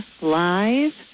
Live